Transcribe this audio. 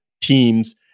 teams